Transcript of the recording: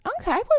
Okay